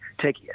take